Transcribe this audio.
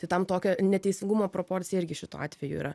tai tam tokio neteisingumo proporcija irgi šituo atveju yra